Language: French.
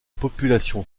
population